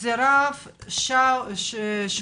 זה הרב שמואל